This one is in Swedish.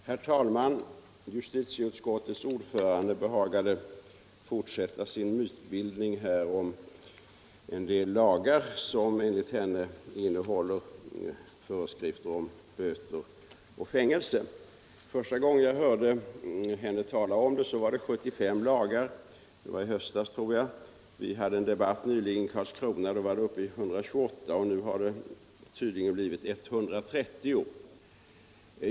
Herr talman! Justitieutskottets ordförande behagade fortsätta sin mytbildning om en del lagar som enligt henne innehåller föreskrifter om böter och fängelse. Första gången jag hörde henne tala om det var det 75 lagar — det var i höstas tror jag. Vi hade en debatt nyligen i Karlskrona och då var antalet uppe i 128. Nu har det tydligen blivit 130.